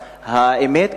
האמת,